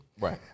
Right